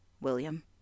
William